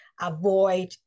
avoid